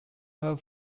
her